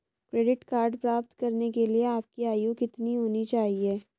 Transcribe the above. Credit card प्राप्त करने के लिए आपकी आयु कितनी होनी चाहिए?